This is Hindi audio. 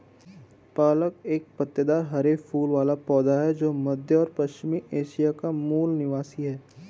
पालक एक पत्तेदार हरे फूल वाला पौधा है जो मध्य और पश्चिमी एशिया का मूल निवासी है